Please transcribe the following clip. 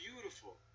beautiful